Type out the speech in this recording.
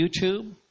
YouTube